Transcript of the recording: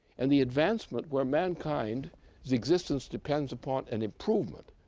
and the advancement where mankind's existence depends upon an improvement.